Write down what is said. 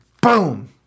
Boom